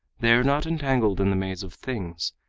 they are not entangled in the maze of things,